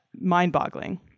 mind-boggling